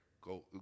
Go